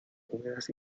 húmedas